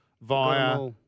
via